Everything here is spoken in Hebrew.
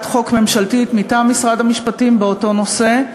חוק ממשלתית מטעם משרד המשפטים באותו נושא,